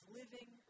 living